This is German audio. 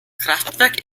kraftwerk